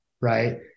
right